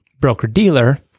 broker-dealer